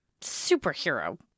Superhero